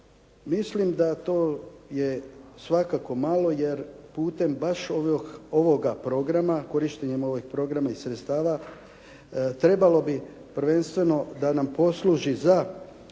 Mislim da je to svakako malo, jer putem baš ovoga programa, korištenjem ovih programa i sredstava trebalo bi prvenstveno da nam posluži za